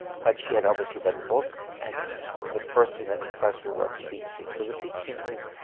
but she had obviously read the book and the first thing that impressed her was the peach scene. so the peach scene is,